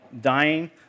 dying